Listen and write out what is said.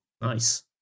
Nice